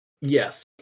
Yes